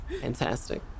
Fantastic